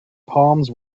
palms